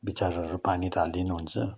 विचाराहरू पानी त हालिदिनुहुन्छ